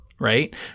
Right